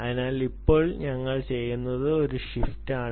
അതിനാൽ ഇപ്പോൾ ഞങ്ങൾ ചെയ്യുന്നത് ഒരു ഷിഫ്റ്റാണ്